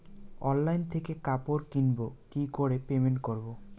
Online থেকে কাপড় কিনবো কি করে পেমেন্ট করবো?